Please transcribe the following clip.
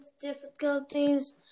difficulties